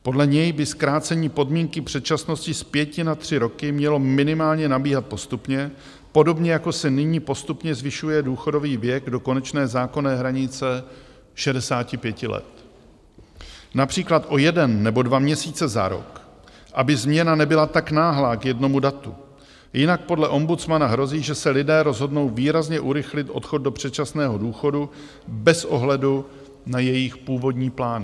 Podle něj by zkrácení podmínky předčasnosti z pěti na tři roky mělo minimálně nabíhat postupně, podobně jako se nyní postupně zvyšuje důchodový věk do konečné zákonné hranice 65 let, například o jeden nebo dva měsíce za rok, aby změna nebyla tak náhlá k jednomu datu, jinak podle ombudsmana hrozí, že se lidé rozhodnou výrazně urychlit odchod do předčasného důchodu bez ohledu na jejich původní plány.